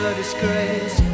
disgrace